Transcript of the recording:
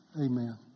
Amen